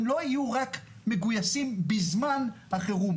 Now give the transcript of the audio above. הם לא יהיו רק מגויסים בזמן החירום.